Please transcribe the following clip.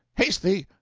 haste thee!